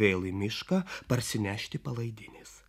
vėl į mišką parsinešti palaidinės